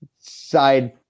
side